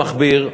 למכביר,